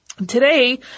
Today